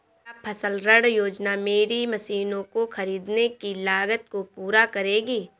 क्या फसल ऋण योजना मेरी मशीनों को ख़रीदने की लागत को पूरा करेगी?